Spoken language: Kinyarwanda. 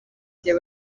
igihe